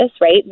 right